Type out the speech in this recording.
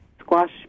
squash